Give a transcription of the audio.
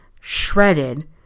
shredded